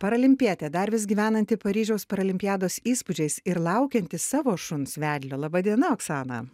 paralimpietė dar vis gyvenanti paryžiaus paralimpiados įspūdžiais ir laukianti savo šuns vedlio laba diena oksana